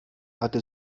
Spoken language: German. hatte